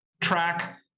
track